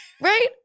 right